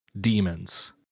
Demons